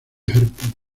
hepburn